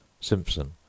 Simpson